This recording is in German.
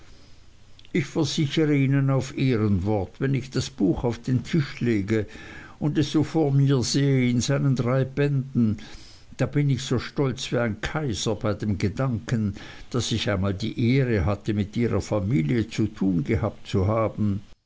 ich versichere ihnen auf ehrenwort wenn ich das buch auf den tisch lege und es so vor mir sehe in seinen drei bänden da bin ich so stolz wie ein kaiser bei dem gedanken daß ich einmal die ehre hatte mit ihrer familie zu tun gehabt zu haben